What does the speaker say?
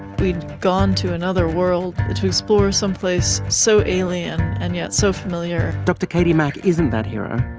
we'd gone to another world to explore some place so alien and yet so familiar. dr katie mack isn't that hero,